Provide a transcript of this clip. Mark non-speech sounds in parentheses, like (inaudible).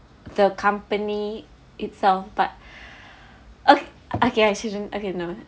the company itself but (breath) okay I shouldn't okay no